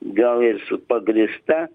gal ir su pagrįsta